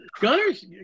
Gunners